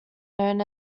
known